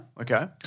Okay